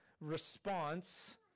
response